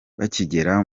bakigera